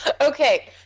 Okay